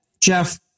Jeff